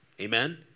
Amen